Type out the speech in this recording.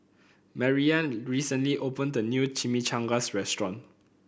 Mariann recently opened a new Chimichangas Restaurant